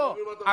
לא.